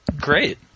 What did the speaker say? great